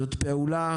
זאת פעולה